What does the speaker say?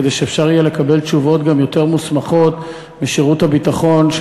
כדי שאפשר יהיה לקבל תשובות יותר מוסמכות משירות הביטחון,